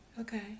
Okay